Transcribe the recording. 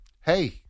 Hey